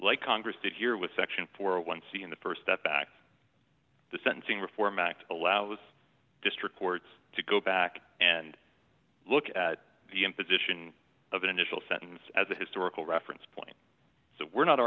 like congress did here with section four a one c in the st step back to the sentencing reform act allows district courts to go back and look at the imposition of an initial sentence as a historical reference point so we're not